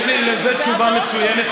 יש לי לזה תשובה מצוינת.